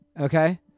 Okay